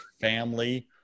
family